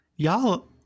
Y'all